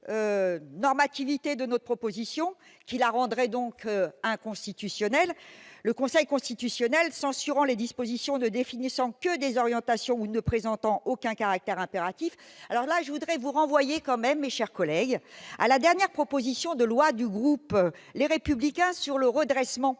normativité de notre proposition de loi, qui la rendrait inconstitutionnelle, le Conseil constitutionnel censurant les dispositions ne définissant que des orientations ou ne présentant aucun caractère impératif, je voudrais tout de même vous renvoyer, mes chers collègues, à la dernière proposition de loi du groupe Les Républicains pour le redressement